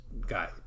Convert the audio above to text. guy